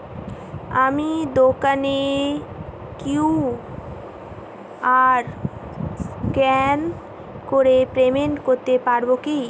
আমি দোকানে Q R scan করে পেমেন্ট করতে পারবো কি?